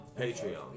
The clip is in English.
Patreon